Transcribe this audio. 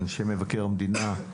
אנשי מבקר המדינה.